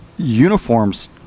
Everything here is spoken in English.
Uniforms